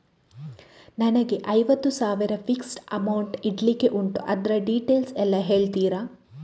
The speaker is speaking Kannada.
ನನಗೆ ಐವತ್ತು ಸಾವಿರ ಫಿಕ್ಸೆಡ್ ಅಮೌಂಟ್ ಇಡ್ಲಿಕ್ಕೆ ಉಂಟು ಅದ್ರ ಡೀಟೇಲ್ಸ್ ಎಲ್ಲಾ ಹೇಳ್ತೀರಾ?